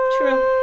True